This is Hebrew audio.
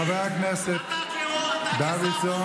חבר הכנסת דוידסון.